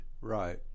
Right